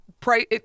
price